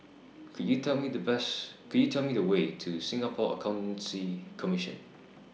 Could YOU Tell Me The Bus Could YOU Tell Me The Way to Singapore Accountancy Commission